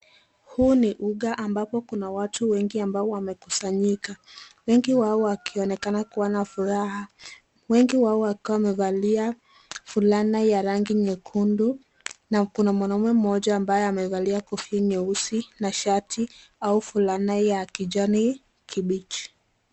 Huu ni ugaa ambapo kuna watu wengi ambao wamekusanyika. Wengi wao wakionekana kuwa na furaha, wengi wao wakiwa wamevalia fulana ya rangi nyekundu na kuna mwanaume mmoja ambaye amevalia kofia nyeusi na shati au fulana ya kijani kibichi.